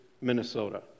Minnesota